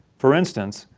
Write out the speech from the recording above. for instance,